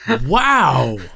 Wow